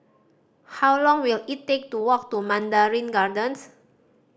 how long will it take to walk to Mandarin Gardens